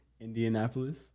Indianapolis